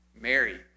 Mary